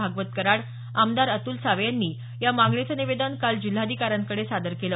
भागवत कराड आमदार अतुल सावे यांनी या मागणीचं निवेदन काल जिल्हाधिकाऱ्यांकडे सादर केलं